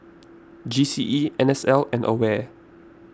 G C E N S L and Aware